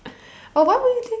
but why would you think